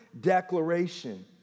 declaration